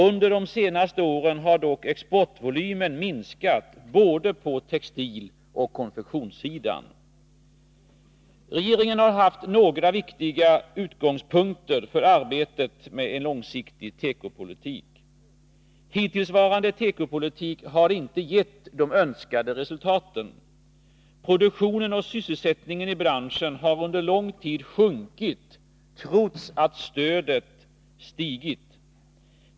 Under de senaste åren har dock exportvolymen minskat på både textiloch konfektionssidan. Regeringen har haft några viktiga utgångspunkter för arbetet med en långsiktig tekopolitik. Hittillsvarande tekopolitik har inte gett de önskade resultaten. Produktionen och sysselsättningen i branschen har under lång tid sjunkit trots att stödet ökat.